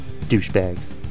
douchebags